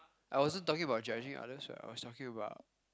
I wasn't talking about judging others what I was talking about